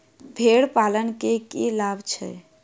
भेड़ पालन केँ की लाभ छै?